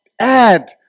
add